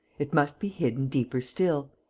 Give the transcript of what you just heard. it must be hidden deeper still,